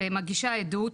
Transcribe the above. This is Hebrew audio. היא מגישה עדות,